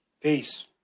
Peace